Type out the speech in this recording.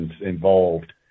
involved